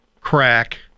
crack